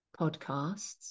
podcasts